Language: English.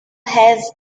has